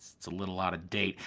a little out of date.